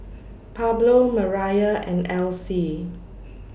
Pablo Mariah and Alcee